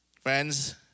Friends